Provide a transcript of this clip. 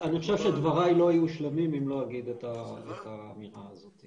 --- אני חושב שדבריי לא יהיו שלמים אם לא אגיד את האמירה הזאת.